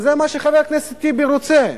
וזה מה שחבר הכנסת טיבי רוצה,